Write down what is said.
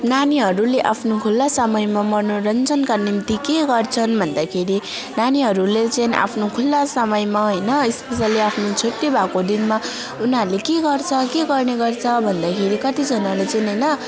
नानीहरूले आफ्नो खुला समयमा मनोरञ्जनका निम्ति के गर्छन् भन्दाखेरि नानीहरूले चाहिँ आफ्नो खुला समयमा होइन स्पेसियल्ली आफ्नो छुट्टी भएको दिनमा उनीहरूले के गर्छ के गर्ने गर्छ भन्दाखेरि कतिजनाले चाहिँ होइन